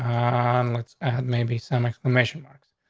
um, let's ah have maybe some exclamation marks.